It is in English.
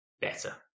Better